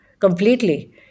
Completely